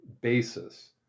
basis